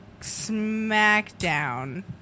SmackDown